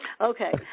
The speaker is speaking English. Okay